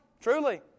truly